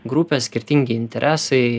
grupės skirtingi interesai